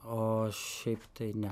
o šiaip tai ne